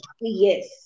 Yes